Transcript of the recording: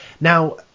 now